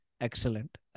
excellent